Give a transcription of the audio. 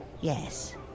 Yes